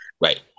Right